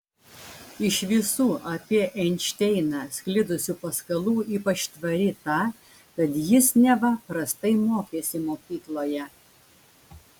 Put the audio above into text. iš visų apie einšteiną sklidusių paskalų ypač tvari ta kad jis neva prastai mokėsi mokykloje